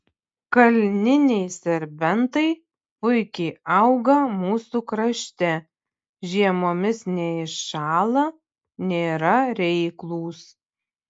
kalniniai serbentai puikiai auga mūsų krašte žiemomis neiššąla nėra reiklūs